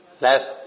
last